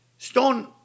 Stone